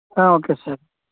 okay sir